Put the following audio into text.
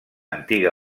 antiga